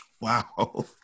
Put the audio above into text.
Wow